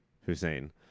Hussein